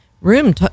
room